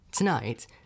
Tonight